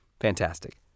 Fantastic